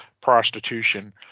prostitution